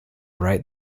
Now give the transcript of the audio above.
right